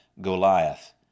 Goliath